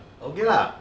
okay lah